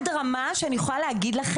שחפת שנכנסה למדינת ישראל.